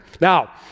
Now